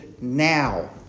now